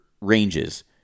ranges